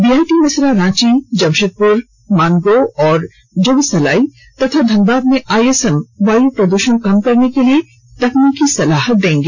BIT Mesra Ranchi Jamshedpur Mango और जुगसलाई तथा धनबाद में आईएसएम वायु प्रद्रषण कम करने के लिए तकनीकी सलाह देगी